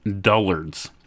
dullards